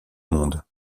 monde